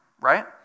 right